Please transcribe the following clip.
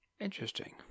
Interesting